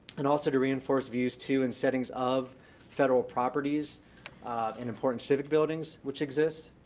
and also to reinforce views to and settings of federal properties and important civic buildings which exist.